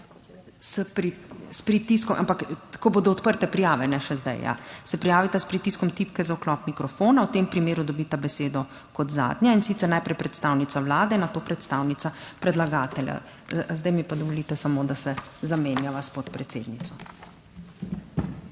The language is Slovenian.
s pritiskom, ampak ko bodo odprte prijave, ne še zdaj, ja, se prijavita s pritiskom tipke za vklop mikrofona, V tem primeru dobita besedo kot zadnja in sicer najprej predstavnica Vlade, nato predstavnica predlagatelja. Zdaj mi pa dovolite samo, da se zamenjava s podpredsednico?